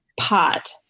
pot